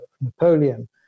Napoleon